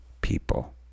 people